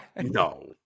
No